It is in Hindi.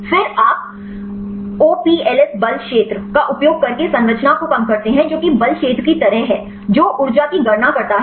फिर आप ओपीएलएस बल क्षेत्र का उपयोग करके संरचना को कम करते हैं जो कि बल क्षेत्र की तरह है जो ऊर्जा की गणना करता है